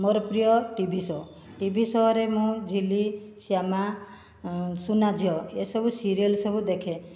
ମୋର ପ୍ରିୟ TV show TV show ରେ ମୁଁ ଝିଲି ଶ୍ୟାମା ସୁନା ଝିଅ ଏସବୁ ସିରିଏଲ ସବୁ ଦେଖେ